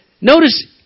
Notice